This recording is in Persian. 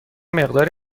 مقداری